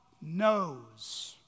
knows